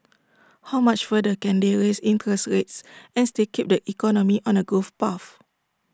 how much further can they raise interest rates and still keep the economy on A growth path